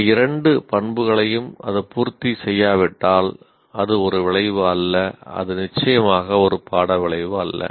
இந்த இரண்டு பண்புகளையும் அது பூர்த்தி செய்யாவிட்டால் அது ஒரு விளைவு அல்ல அது நிச்சயமாக ஒரு பாட விளைவு அல்ல